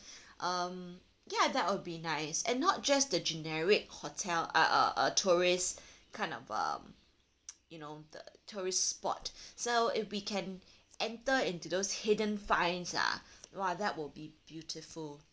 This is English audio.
um ya that will be nice and not just the generic hotel uh uh uh tourist kind of um you know the tourist spot so if we can enter into those hidden finds ah !wah! that will be beautiful